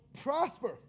prosper